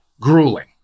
grueling